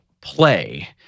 play